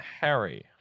Harry